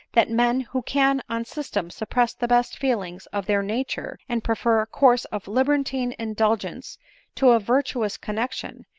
that men who can on system suppress the best feelings of their nature, and pre fer a course of libertine indulgence to a virtuous connexion,